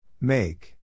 Make